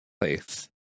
place